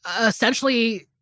essentially